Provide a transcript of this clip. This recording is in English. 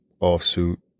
offsuit